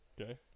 Okay